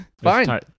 fine